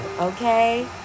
okay